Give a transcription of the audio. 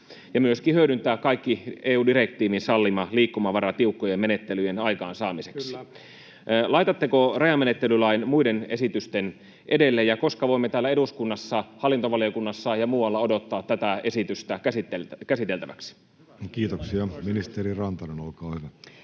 ja myöskin hyödyntää kaikki EU-direktiivin sallima liikkumavara tiukkojen menettelyjen aikaansaamiseksi. Laitatteko rajamenettelylain muiden esitysten edelle, ja koska voimme täällä eduskunnassa, hallintovaliokunnassa ja muualla, odottaa tätä esitystä käsiteltäväksi? Kiitoksia. — Ministeri Rantanen, olkaa hyvä.